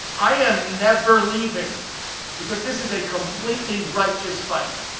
i am never leaving because this is a completely righteous fight.